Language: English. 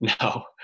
No